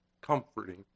comforting